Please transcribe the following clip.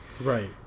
Right